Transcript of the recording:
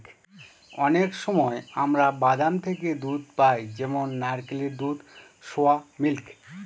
অনেক সময় আমরা বাদাম থেকে দুধ পাই যেমন নারকেলের দুধ, সোয়া মিল্ক